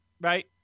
Right